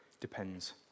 depends